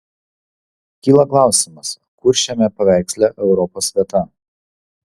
kyla klausimas kur šiame paveiksle europos vieta